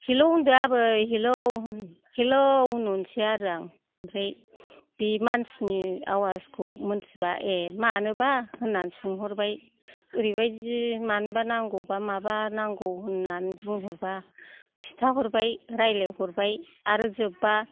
hello होनदो आबै hello hello होनहरसै आरो आं ओमफ्राय बे मानसिनि आवासखौ मोनथिबा ए मानोबा होननानै सोंहरबाय ओरैबादि मानोबा नांगौ बा माबा नांगौ होननानै बुंहरबा खिन्थाहरबाय रायलायहरबाय आरो जोबबा